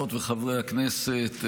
חברות וחברי הכנסת,